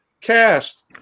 cast